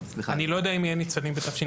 אני לא יודע אם יהיה ניצנים בתשפ"ג.